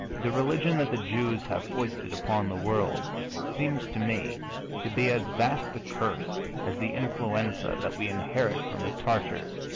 the religion that the jews have foisted upon the world seems to me to be as vast a curse as the influenza that we inherit from the tatars